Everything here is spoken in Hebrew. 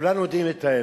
כולנו יודעים את האמת.